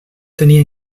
tenia